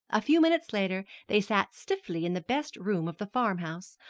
a few minutes later they sat stiffly in the best room of the farmhouse,